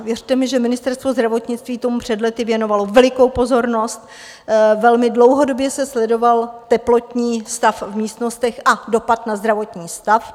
Věřte mi, že Ministerstvo zdravotnictví tomu před lety věnovalo velikou pozornost, velmi dlouhodobě se sledoval teplotní stav v místnostech a jeho dopad na zdravotní stav.